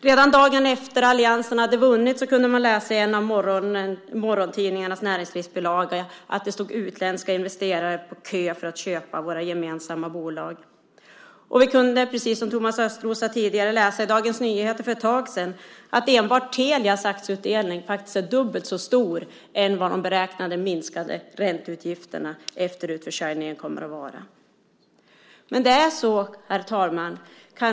Redan dagen efter att alliansen hade vunnit kunde man läsa i en av morgontidningarnas näringslivsbilagor att det stod utländska investerare på kö för att köpa våra gemensamma bolag. Vi kunde, precis som Thomas Östros sade tidigare, läsa i Dagens Nyheter för ett tag sedan att enbart Telias aktieutdelning faktiskt är dubbelt så stor som de beräknade minskningarna av ränteutgifterna efter utförsäljning kommer att vara. Herr talman!